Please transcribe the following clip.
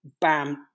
bam